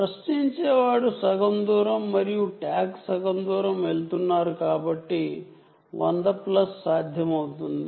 interrogator అయిన antenna సగం దూరం మరియు ట్యాగ్ సగం దూరం వస్తుంది కాబట్టి 100 ప్లస్ సాధ్యమవుతుంది